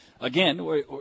again